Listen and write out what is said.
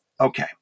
okay